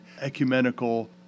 ecumenical